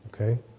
Okay